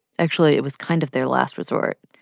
actually, it was kind of their last resort.